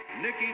Nikki